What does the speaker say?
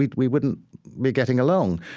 we wouldn't be getting along.